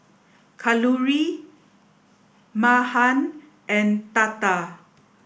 Kalluri Mahan and Tata